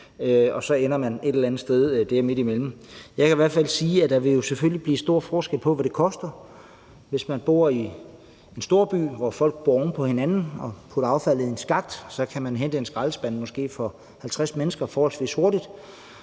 og så ender man et eller andet sted der midtimellem. Jeg kan i hvert fald sige, at der jo selvfølgelig vil blive stor forskel på, hvad det koster. Hvis man bor i en storby, hvor folk bor oven på hinanden og putter affaldet i en skakt, kan man hente en skraldespand for måske 50 mennesker forholdsvis hurtigt.